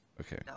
okay